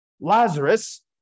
Lazarus